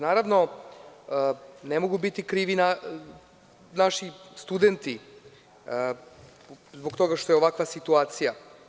Naravno, ne mogu biti krivi naši studenti zbog toga što je ovakva situacija.